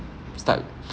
start